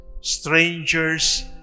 strangers